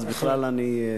אז בכלל אני,